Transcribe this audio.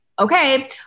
okay